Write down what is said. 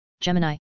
Gemini